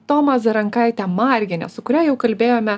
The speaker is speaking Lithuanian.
tomą zarankaitę margienę su kuria jau kalbėjome